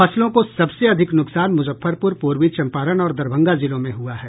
फसलों को सबसे अधिक नुकसान मुजफ्फरपुर पूर्वी चम्पारण और दरभंगा जिलों में हुआ है